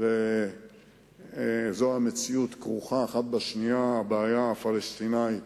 וזו המציאות, אחת כרוכה בשנייה, הבעיה הפלסטינית